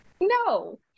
No